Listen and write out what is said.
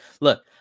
look